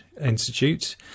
Institute